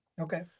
Okay